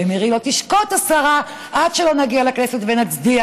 ומירי לא תשקוט, השרה, עד שלא נגיע לכנסת ונצדיע.